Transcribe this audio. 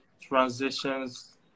transitions